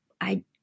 I-